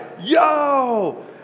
yo